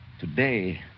Today